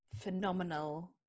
phenomenal